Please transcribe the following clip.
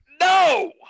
No